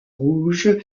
rouge